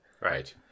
Right